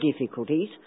difficulties